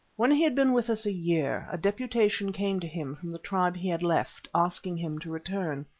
when he had been with us a year, a deputation came to him from the tribe he had left, asking him to return.